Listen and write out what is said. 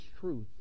truth